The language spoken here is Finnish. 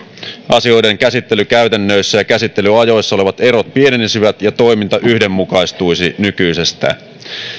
asioiden käsittelykäytännöissä ja käsittelyajoissa olevat erot pienenisivät ja toiminta yhdenmukaistuisi nykyisestä